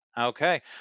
Okay